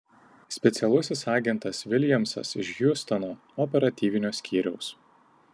specialusis agentas viljamsas iš hjustono operatyvinio skyriaus